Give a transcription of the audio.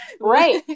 Right